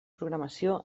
programació